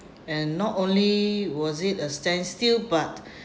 and not only was it a standstill but